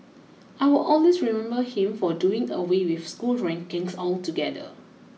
I will always remember him for doing away with school rankings altogether